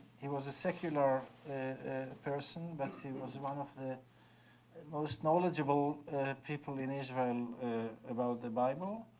he was a secular person, but he was one of the most knowledgeable people in israel about the bible